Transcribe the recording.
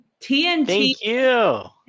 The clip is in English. TNT